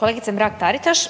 Kolegice Mrak-Taritaš